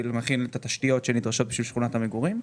מכין את התשתיות שנדרשות בשביל שכונת המגורים.